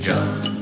John